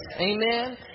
amen